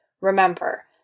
Remember